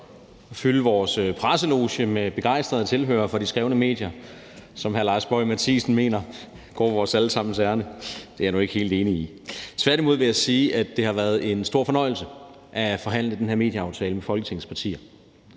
og fylde vores presseloge med begejstrede tilhørere fra de skrevne medier, som hr. Lars Boje Mathiesen mener går vores alle sammens ærinde. Det er jeg nu ikke helt enig i. Tværtimod vil jeg sige, at det har været en stor fornøjelse at forhandle den her medieaftale med Folketingets partier.